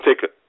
take